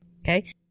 Okay